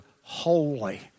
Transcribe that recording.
holy